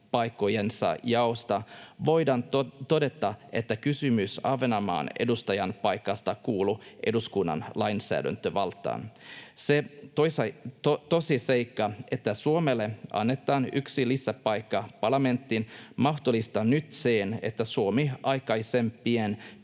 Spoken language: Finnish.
edustajanpaikkojensa jaosta, voidaan todeta, että kysymys Ahvenanmaan edustajanpaikasta kuuluu eduskunnan lainsäädäntövaltaan. Se tosiseikka, että Suomelle annetaan yksi lisäpaikka parlamenttiin, mahdollistaa nyt sen, että Suomi aikaisempien